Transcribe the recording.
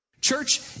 Church